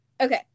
Okay